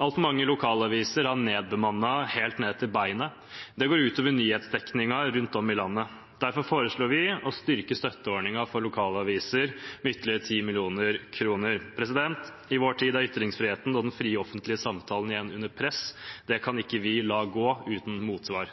Altfor mange lokalaviser har nedbemannet helt ned til beinet. Det går ut over nyhetsdekningen rundt om i landet. Derfor foreslår vi å styrke støtteordningen for lokalaviser med ytterligere 10 mill. kr. I vår tid er ytringsfriheten og den frie offentlige samtalen igjen under press – det kan vi ikke la gå uten motsvar.